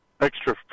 extra